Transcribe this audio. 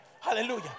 Hallelujah